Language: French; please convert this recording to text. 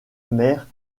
maire